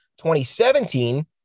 2017